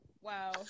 Wow